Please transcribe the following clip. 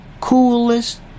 coolest